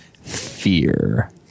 fear